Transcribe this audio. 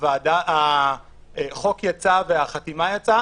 שהחוק יצא והחתימה יצאה,